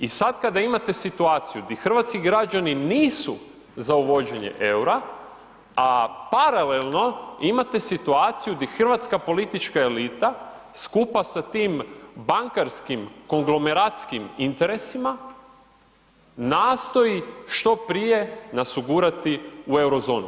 I sad kada imate situaciju gdje hrvatski građani nisu za uvođenje EUR-a, a paralelno imate situaciju gdje hrvatska politička elita skupa sa tim bankarskim konglomeracijskim interesima nastoji što prije nas ugurati u euro zonu.